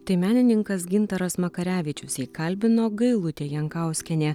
tai menininkas gintaras makarevičius jį kalbino gailutė jankauskienė